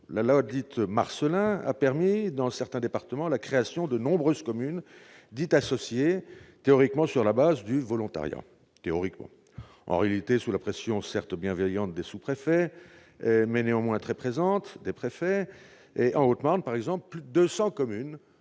la loi dite Marcellin a permis, dans certains départements, la création de nombreuses communes dites « associées », théoriquement sur la base du volontariat. En réalité, elles le furent sous la pression, certes bienveillante, mais très présente, des préfets. En Haute-Marne, par exemple, plus de 200 communes